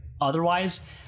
otherwise